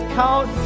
count